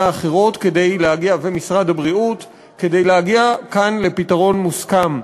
האחרות ומשרד הבריאות כדי להגיע כאן לפתרון מוסכם.